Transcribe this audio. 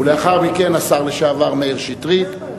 לאחר מכן, השר לשעבר מאיר שטרית.